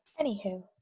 Anywho